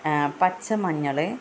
പച്ചമഞ്ഞൾ